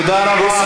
תודה רבה,